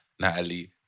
Natalie